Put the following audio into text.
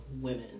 women